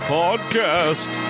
podcast